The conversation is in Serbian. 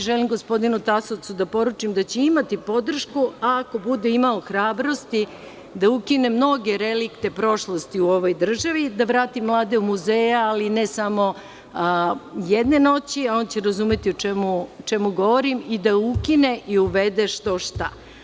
Želim gospodinu Tasovcu da poručim da će imati podršku, ako bude imao hrabrosti da ukine mnoge relikte prošlosti u ovoj državi, da vrati mlade u muzeje, ali ne samo jedne noći, on će razumeti o čemu govorim, i da ukine i uvede što šta.